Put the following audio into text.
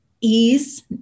ease